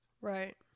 Right